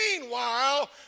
meanwhile